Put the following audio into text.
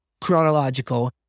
chronological